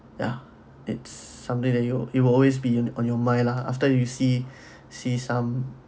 ya it's something that you will it will always be in on your mind lah after you see see some